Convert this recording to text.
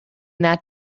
that